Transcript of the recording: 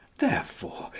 therefore,